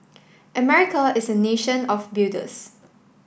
America is a nation of builders